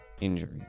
injury